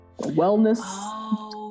wellness